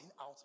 out